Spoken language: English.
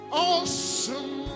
awesome